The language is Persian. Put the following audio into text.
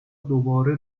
دوباره